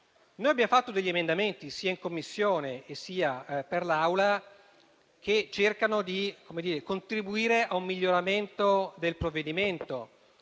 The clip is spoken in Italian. Abbiamo presentato degli emendamenti sia in Commissione sia per l'Assemblea che cercano di contribuire a un miglioramento del provvedimento,